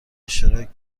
اشتراک